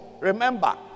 remember